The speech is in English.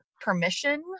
permission